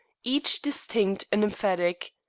each distinct and emphatic.